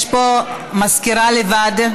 יש פה מזכירה לבד.